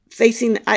facing